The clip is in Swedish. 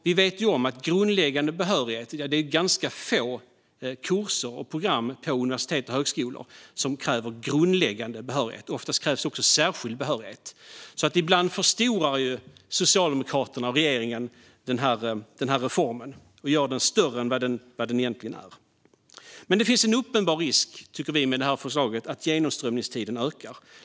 Vi vet att det är ganska få kurser och program på universitet och högskolor som kräver endast grundläggande behörighet. Ofta krävs också särskild behörighet. Ibland förstorar Socialdemokraterna och regeringen denna reform och gör den större än vad den egentligen är. Vi tycker att en uppenbar risk med förslaget är att genomströmningstiden ökar.